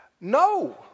No